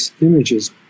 images